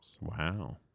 Wow